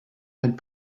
had